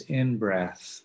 in-breath